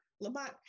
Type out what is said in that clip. Lamont